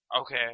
Okay